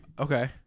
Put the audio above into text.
Okay